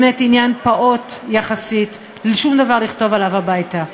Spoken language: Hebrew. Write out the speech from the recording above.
באמת עניין פעוט יחסית, שום דבר לכתוב עליו הביתה.